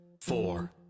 four